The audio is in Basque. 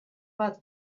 bat